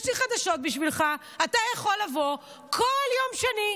יש לי חדשות בשבילך: אתה יכול לבוא כל יום שני,